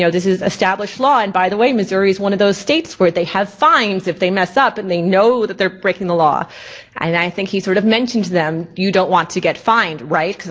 this is established law. and by the way, missouri's one of those states where they have fines if they mess up. and they know that they're breaking the law. and i think he sort of mentioned to them, you don't want to get fined right?